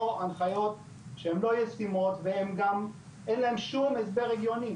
הנחיות שהן לא ישימות וגם אין להן שום הסבר הגיוני,